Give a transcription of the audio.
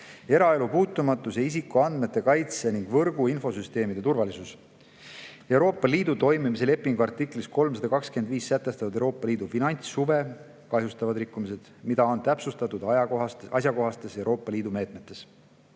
eraelu puutumatus ja isikuandmete kaitse ning võrgu- ja infosüsteemide turvalisus; Euroopa Liidu toimimise lepingu artiklis 325 sätestatud Euroopa Liidu finantshuve kahjustavad rikkumised, mida on täpsustatud asjakohastes Euroopa Liidu meetmetes;